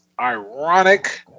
ironic